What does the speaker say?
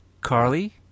Carly